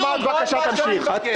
--- אחמד, בבקשה, תמשיך.